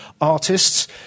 artists